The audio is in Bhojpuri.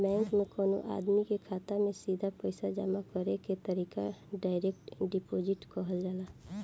बैंक में कवनो आदमी के खाता में सीधा पईसा जामा करे के तरीका डायरेक्ट डिपॉजिट कहल जाला